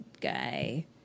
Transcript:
guy